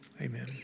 Amen